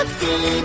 see